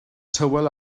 tywel